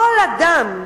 כל אדם,